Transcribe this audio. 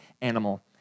animal